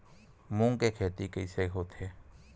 मूंग के खेती कइसे होथे?